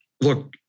look